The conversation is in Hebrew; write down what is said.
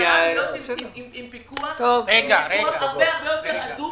אתה חייב להיות עם פיקוח הרבה יותר הדוק,